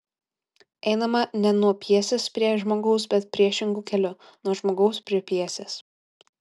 einama ne nuo pjesės prie žmogaus bet priešingu keliu nuo žmogaus prie pjesės